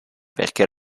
perché